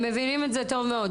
הם מבינים את זה טוב מאוד.